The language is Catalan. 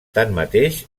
tanmateix